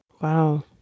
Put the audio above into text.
Wow